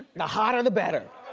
the hotter the better.